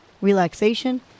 relaxation